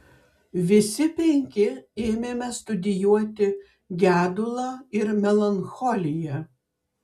visi penki ėmėme studijuoti gedulą ir melancholiją